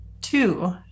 Two